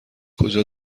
کجا